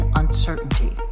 uncertainty